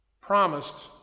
promised